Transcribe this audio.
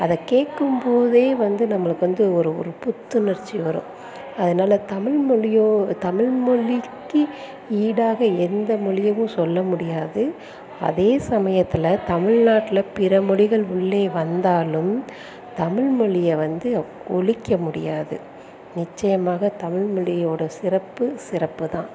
அத கேட்கும்போதே வந்து நம்பளுக்கு வந்து ஒரு ஒரு புத்துணர்ச்சி வரும் அதனால தமிழ்மொழியோ தமிழ்மொழிக்கு ஈடாக எந்த மொழியவும் சொல்ல முடியாது அதே சமயத்தில் தமிழ்நாட்டில் பிறமொழிகள் உள்ளே வந்தாலும் தமிழ்மொழியை வந்து ஒழிக்க முடியாது நிச்சயமாக தமிழ்மொழியோட சிறப்பு சிறப்பு தான்